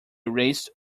raised